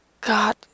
god